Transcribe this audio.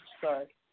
Sorry